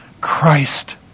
Christ